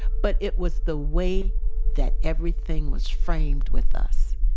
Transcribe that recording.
but it was the way that everything was framed with us.